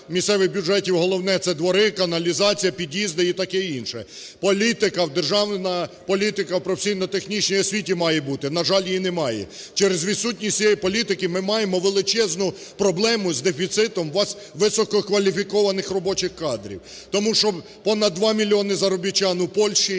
місцевих бюджетів головне – це двори, каналізація, під'їзди і таке інше. Політика, державна політика в професійно-технічній освіті має бути, на жаль, її немає. Через відсутність цієї політики ми маємо величезну проблему з дефіцитом висококваліфікованих робочих кадрів. Тому що понад 2 мільйони заробітчан у Польщі,